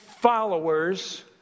followers